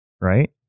right